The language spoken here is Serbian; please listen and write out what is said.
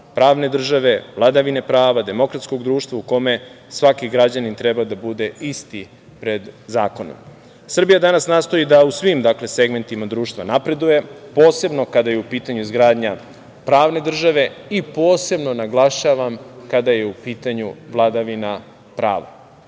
pravne države, vladavine prava, demokratskog društva u kome svaki građanin treba da bude isti pred zakonom. Srbija danas nastoji da u svim segmentima društva napreduje, posebno kada je u pitanju izgradnja pravne države i posebno naglašava kada je u pitanju vladina